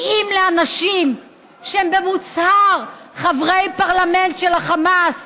כי אם אנשים שהם במוצהר חברי פרלמנט של החמאס,